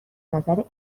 نظر